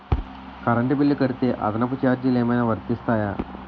Current bill కడితే అదనపు ఛార్జీలు ఏమైనా వర్తిస్తాయా?